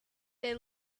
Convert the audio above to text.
they